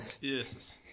Yes